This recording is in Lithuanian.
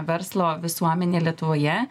verslo visuomenę lietuvoje